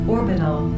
Orbital